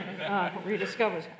rediscovers